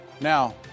Now